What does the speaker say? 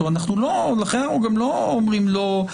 לכן אנחנו גם לא אומרים לא,